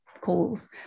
calls